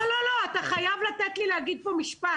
אתה חייב לתת לי להגיד פה משפט.